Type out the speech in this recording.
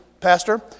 Pastor